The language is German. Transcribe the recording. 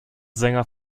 sänger